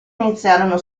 iniziarono